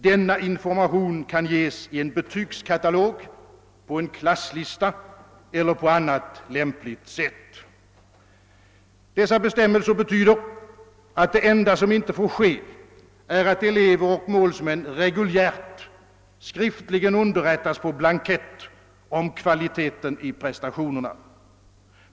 Denna information kan ges i en betygskatalog, på en klasslista eller på annat lämpligt sätt.» Dessa bestämmelser betyder att det enda som inte får ske är att elever och målsmän reguljärt skriftligen underrättas på blankett om kvaliteten på prestationerna.